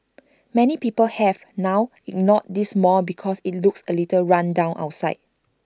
many people have now ignored this mall because IT looks A little run down outside